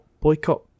boycott